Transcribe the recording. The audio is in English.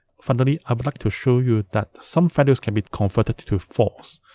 finally, i would like to show you that some values can be converted to false.